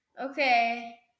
Okay